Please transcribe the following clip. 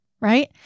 right